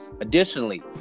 Additionally